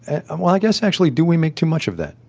and well, i guess actually, do we make too much of that?